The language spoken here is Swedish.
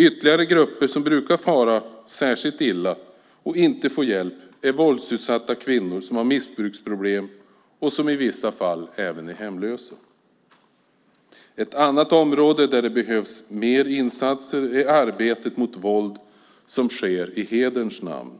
Ytterligare grupper som brukar fara särskilt illa och inte får hjälp är våldsutsatta kvinnor som har missbruksproblem och som i vissa fall även är hemlösa. Ett annat område där det behövs mer insatser är arbetet mot våld som sker i hederns namn.